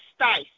Stice